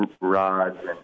rods